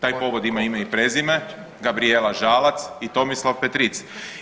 Taj povod ima ime i prezime Gabrijela Žalac i Tomislav Petric.